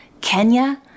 Kenya